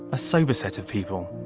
a sober set of people.